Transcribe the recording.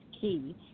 key